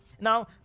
now